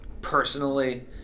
personally